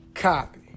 copy